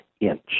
inch